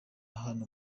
hano